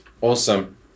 Awesome